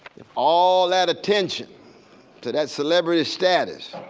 if all that attention to that celebrity status